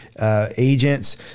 agents